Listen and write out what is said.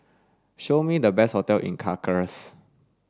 show me the best hotels in Caracas